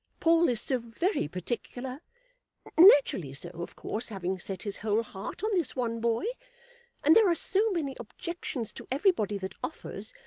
paul is so very particular naturally so, of course, having set his whole heart on this one boy and there are so many objections to everybody that offers,